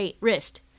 wrist